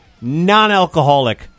non-alcoholic